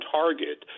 target